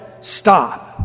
stop